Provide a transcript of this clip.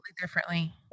differently